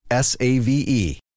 SAVE